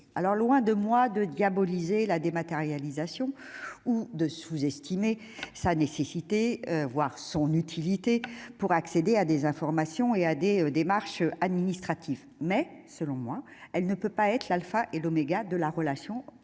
moi l'idée de diaboliser la dématérialisation ou de sous-estimer sinon sa nécessité, du moins son utilité pour accéder à des informations et effectuer des démarches administratives, mais elle ne peut pas être l'alpha et l'oméga de la relation entre